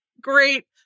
great